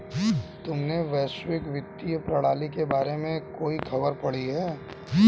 तुमने वैश्विक वित्तीय प्रणाली के बारे में कोई खबर पढ़ी है?